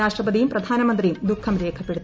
രാഷ്ട്രപതിയും പ്രധാനമന്ത്രിയും ദുഃഖം രേഖപ്പെടുത്തി